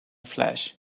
flesh